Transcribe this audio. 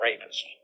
rapist